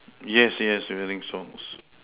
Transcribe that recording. yes yes wearing socks